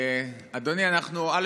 אדוני, א.